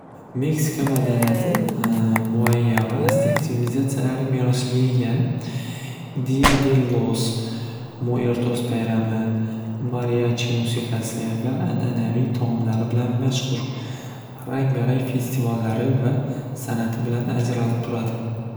Meksika madaniyati muayya astiks svilizatsiyalar merosiga ega diadellos muertos bayrami mariachi musiqasi va an'anaviy taomlari bilan mashxur rang barang festivallari va san'ati bilan ajralib turadi.